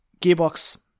Gearbox